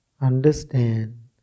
Understand